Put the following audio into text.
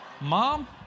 Mom